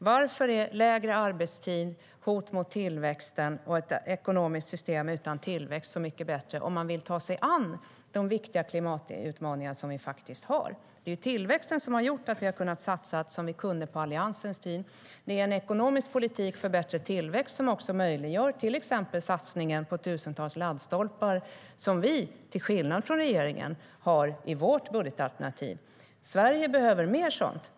Varför är lägre arbetstid, hot mot tillväxten och ett ekonomiskt system utan tillväxt så mycket bättre om man vill ta sig an de viktiga klimatutmaningar som vi har? Det är tillväxten som har gjort att vi har kunnat satsa som vi kunde på Alliansens tid. Det är en ekonomisk politik för bättre tillväxt som möjliggör till exempel satsningen på tusentals laddstolpar som vi, till skillnad från regeringen, har i vårt budgetalternativ. Sverige behöver mer sådant.